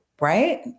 right